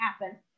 happen